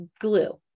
glue